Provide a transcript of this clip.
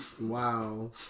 Wow